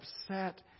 upset